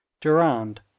Durand